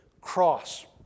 cross